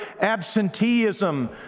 absenteeism